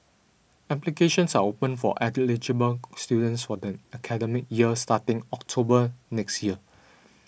applications are open for students for the academic year starting October next year